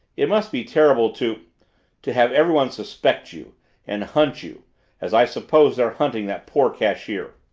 it must be terrible to to have everyone suspect you and hunt you as i suppose they're hunting that poor cashier.